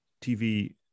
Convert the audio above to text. tv